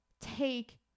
take